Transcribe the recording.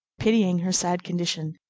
pitying her sad condition,